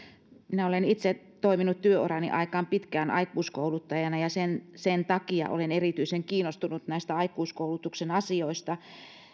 minä olen itse toiminut työurani aikaan pitkään aikuiskouluttajana ja sen sen takia olen erityisen kiinnostunut näistä aikuiskoulutuksen asioista